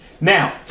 Now